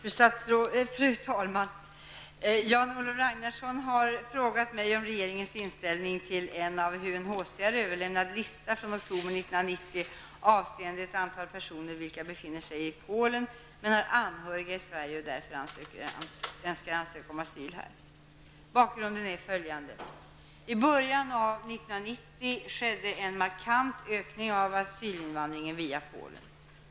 Fru talman! Jan-Olof Ragnarsson har frågat mig om regeringens inställning till en av UNHCR Bakgrunden är följande. I början av 1990 skedde en markant ökning av asylinvandringen via Polen.